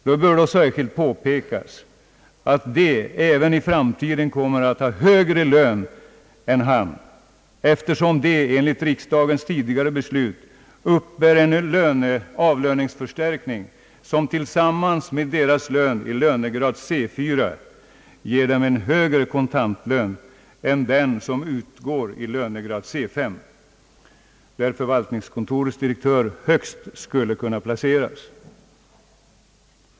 Det bör då särskilt påpekas att de även i framtiden kommer att få högre lön än förvaltningskontorets direktör, eftersom de enligt riksdagens tidigare beslut uppbär en avlöningsförstärkning som tillsammans med deras lön i lönegrad C 4 ger dem en högre kontantlön än den som utgår i lönegrad C 5, där förvaltningskontorets direktör högst skulle kunna placeras.